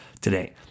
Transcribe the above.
today